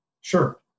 sure